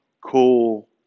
cool